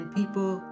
people